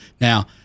Now